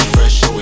Fresh